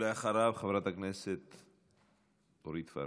בבקשה, ואחריו, חברת הכנסת אורית פרקש.